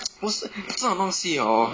不是这种东西 orh